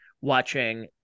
watching